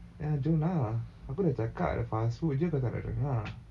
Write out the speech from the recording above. ya jom lah aku dah cakap ada fast food jer kau tak nak dengar